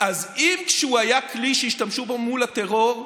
אז כשהוא היה כלי שהשתמשו בו מול הטרור,